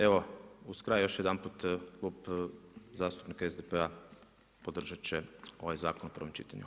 Evo uz kraj još jedanput, Klub zastupnika SDP-a podržat će ovaj zakon o prvom čitanju.